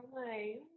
Okay